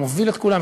הוא מוביל את כולם,